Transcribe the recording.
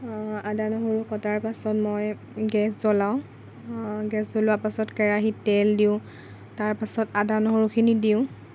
আদা নহৰু কটাৰ পিছত মই গেছ জ্বলাওঁ গেছ জ্বলোৱাৰ পিছত কেৰাহীত তেল দিওঁ তাৰপিছত আদা নহৰুখিনি দিওঁ